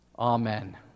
Amen